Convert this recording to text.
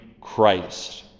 Christ